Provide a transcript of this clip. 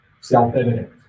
self-evident